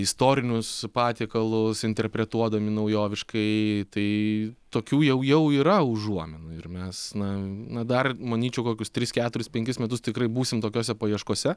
istorinius patiekalus interpretuodami naujoviškai tai tokių jau jau yra užuominų ir mes na na dar manyčiau kokius tris keturis penkis metus tikrai būsim tokiose paieškose